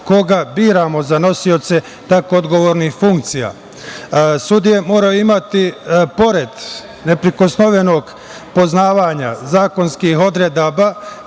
koga biramo za nosioce tako odgovornih funkcija. Sudije moraju imati, pored neprikosnovenog poznavanja zakonskih odredaba